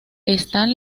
están